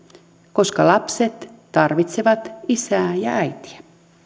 koska lapset tarvitsevat isää ja äitiä